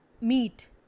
meat